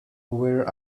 where